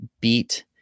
beat